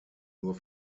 nur